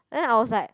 then I was like